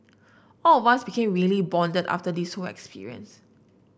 all of us became really bonded after this whole experience